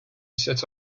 set